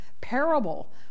parable